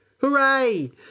Hooray